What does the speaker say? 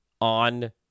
on